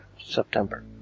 September